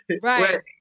Right